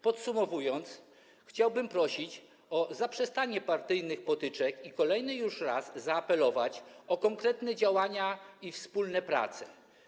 Podsumowując, chciałbym prosić o zaprzestanie partyjnych potyczek i po raz kolejny zaapelować o konkretne działania i wspólne prace.